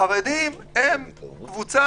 החרדים הם קבוצה